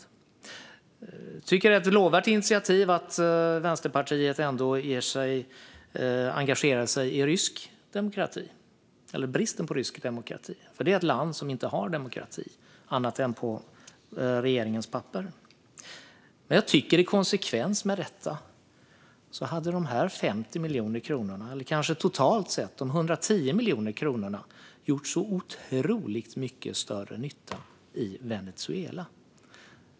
Jag tycker också att det är ett lovvärt initiativ att Vänsterpartiet engagerar sig i bristen på rysk demokrati, för det är ett land som inte har någon demokrati annat än på regeringens papper. I konsekvens med detta tycker jag dock att dessa totalt 110 miljoner kronor hade gjort så otroligt mycket större nytta i Venezuela.